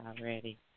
already